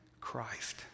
Christ